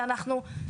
ואנחנו,